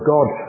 God